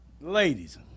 Ladies